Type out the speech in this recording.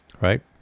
right